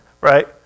right